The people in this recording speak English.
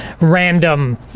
random